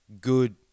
good